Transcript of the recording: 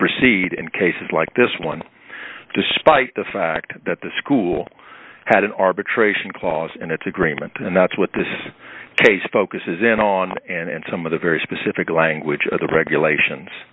proceed in cases like this one despite the fact that the school had an arbitration clause and its agreement and that's what this case focuses in on and some of the very specific language of the regulations